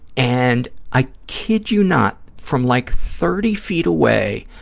and, i kid you not, from like thirty feet away,